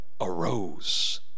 arose